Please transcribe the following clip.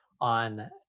on